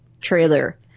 trailer